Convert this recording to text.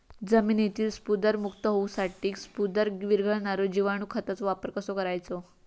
जमिनीतील स्फुदरमुक्त होऊसाठीक स्फुदर वीरघळनारो जिवाणू खताचो वापर कसो करायचो?